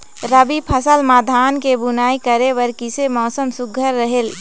रबी फसल म धान के बुनई करे बर किसे मौसम सुघ्घर रहेल?